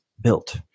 built